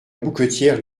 bouquetière